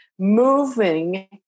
moving